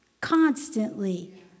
constantly